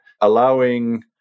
allowing